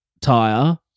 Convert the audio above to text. tire